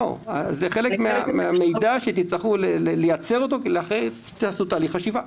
זה חלק מן המידע שתצטרכו לייצר אחרי שתעשו תהליך חשיבה.